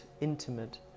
intimate